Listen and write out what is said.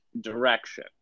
direction